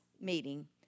meeting